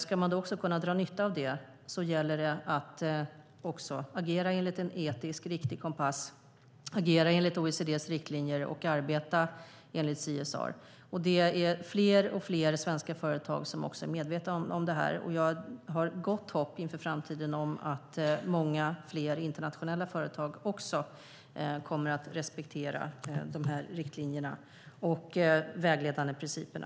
Ska man kunna dra nytta av det gäller det att agera enligt en etiskt riktig kompass och enligt OECD:s riktlinjer och att arbeta enligt CSR. Det är alltfler svenska företag som är medvetna om det. Jag har gott hopp inför framtiden om att många fler internationella företag också kommer att respektera de här riktlinjerna och vägledande principerna.